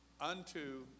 unto